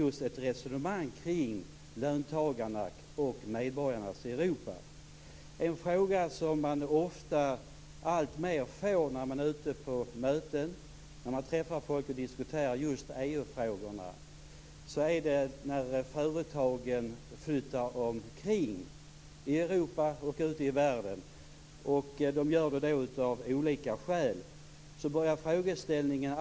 Vi vill exempelvis ha en egen kommissionär. Sedan har vi lagt fast vilka regler vi har haft, vilka utgångspunkter vi har haft i förhandlingarna.